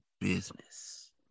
business